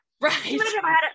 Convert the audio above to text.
right